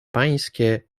pańskie